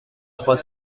trois